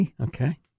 Okay